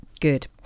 Good